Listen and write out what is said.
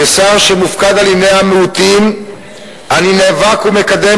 כשר שמופקד על ענייני המיעוטים אני נאבק ומקדם